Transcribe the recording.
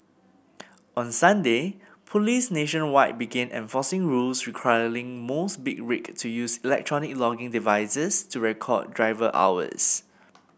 on Sunday police nationwide began enforcing rules requiring most big rig to use electronic logging devices to record driver hours